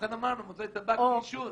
לכן אמרנו מוצרי טבק לעישון.